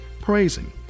Praising